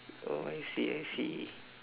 oh I see I see